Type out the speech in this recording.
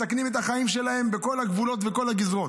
מסכנים את החיים שלהם בכל הגבולות ובכל הגזרות.